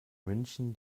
münchen